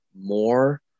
more